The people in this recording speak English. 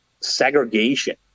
segregation